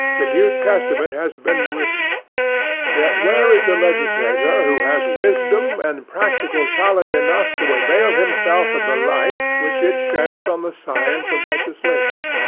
the new testament has been written yet where is the legislator who has wisdom and practical talent enough to avail himself of the light which it sheds on the science of legislation.